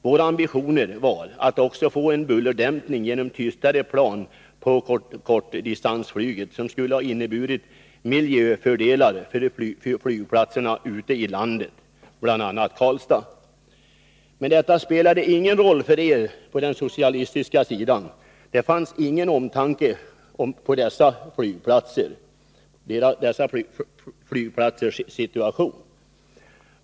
Våra ambitioner var att också få en bullerdämpning genom tystare plan på kortdistansflyget, som skulle ha inneburit miljöfördelar för flygplatserna ute i landet, bl.a. i Karlstad. Men detta spelade ingen roll för er på den socialistiska sidan. Det fanns ingen omtanke om dessa flygplatsers situation.